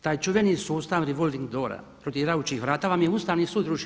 Taj čuveni sustav revolving doora, rotirajućih vrata vam je Ustavni sud rušio.